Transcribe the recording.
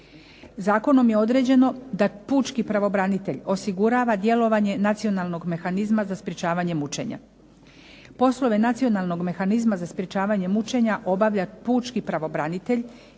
Zakonom je određeno da pučki pravobranitelj osigurava djelovanje nacionalnog mehanizma za sprječavanje mučenja. Poslove nacionalnog mehanizma za sprječavanje mučenja obavlja pučki pravobranitelj,